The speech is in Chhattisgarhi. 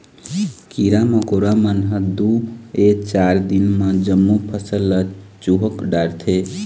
कीरा मकोरा मन ह दूए चार दिन म जम्मो फसल ल चुहक डारथे